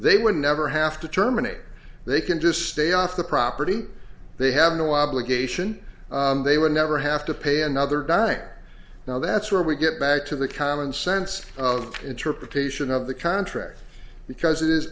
they would never have to terminate they can just stay off the property they have no obligation they would never have to pay another dime now that's where we get back to the common sense interpretation of the contract because it is